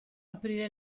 aprire